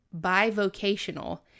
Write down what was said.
bivocational